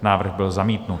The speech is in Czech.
Návrh byl zamítnut.